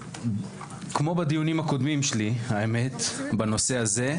כמו בדיונים הקודמים שלי בנושא זה,